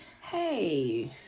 Hey